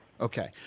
Okay